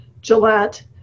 Gillette